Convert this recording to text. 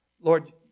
Lord